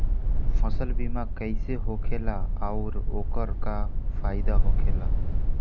फसल बीमा कइसे होखेला आऊर ओकर का फाइदा होखेला?